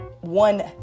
one